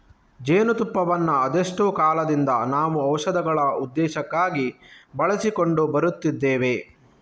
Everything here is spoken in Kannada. ಜೇನು ತುಪ್ಪವನ್ನ ಅದೆಷ್ಟೋ ಕಾಲದಿಂದ ನಾವು ಔಷಧಗಳ ಉದ್ದೇಶಕ್ಕಾಗಿ ಬಳಸಿಕೊಂಡು ಬರುತ್ತಿದ್ದೇವೆ